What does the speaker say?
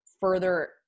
further